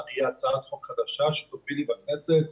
תהיה הצעת חוק חדשה שתובילי בכנסת.